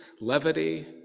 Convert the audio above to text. levity